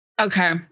Okay